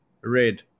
red